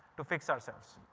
to fix ourselves.